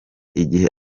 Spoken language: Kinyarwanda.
igihe